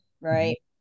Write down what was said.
right